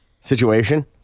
situation